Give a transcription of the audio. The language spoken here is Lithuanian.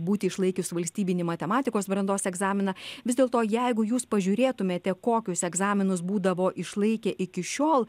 būti išlaikius valstybinį matematikos brandos egzaminą vis dėlto jeigu jūs pažiūrėtumėte kokius egzaminus būdavo išlaikę iki šiol